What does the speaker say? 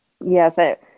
Yes